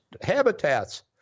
habitats